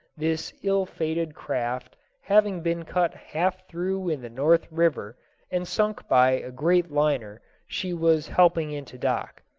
this ill-fated craft having been cut half through in the north river and sunk by a great liner she was helping into dock.